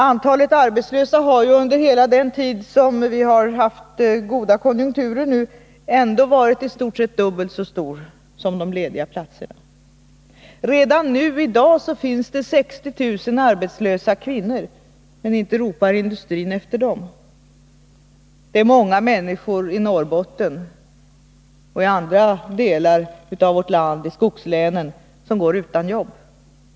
Antalet arbetslösa har ju under hela den tid som vi har haft goda konjunkturer varit i stort sett dubbelt så stort som antalet lediga platser. Redan i dag finns det 60 000 arbetslösa kvinnor, men inte ropar industrin efter dem. Många människor i Norrbotten och i andra skogslän går utan jobb.